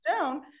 down